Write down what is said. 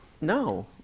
no